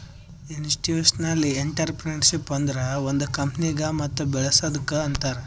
institutional intrapreneurship ಅಂದುರ್ ಒಂದ್ ಕಂಪನಿಗ ಮತ್ ಬೇಳಸದ್ದುಕ್ ಅಂತಾರ್